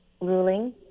ruling